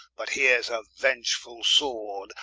but here's a vengefull sword,